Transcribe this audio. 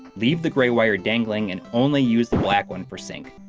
leave the gray wire dangling and only use the black one for sync.